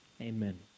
Amen